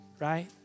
right